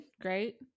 Great